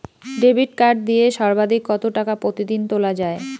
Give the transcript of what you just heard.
Debit card দিয়ে সর্বাধিক কত টাকা প্রতিদিন তোলা য়ায়?